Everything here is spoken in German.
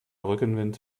rückenwind